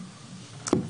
נכון.